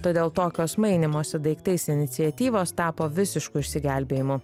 todėl tokios mainymosi daiktais iniciatyvos tapo visišku išsigelbėjimu